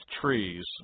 trees